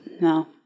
No